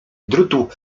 drutu